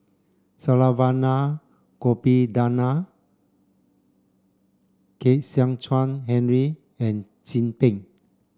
Saravanan Gopinathan Kwek Hian Chuan Henry and Chin Peng